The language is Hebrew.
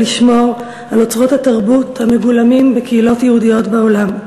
ולשמור על אוצרות התרבות המגולמים בקהילות יהודיות בעולם.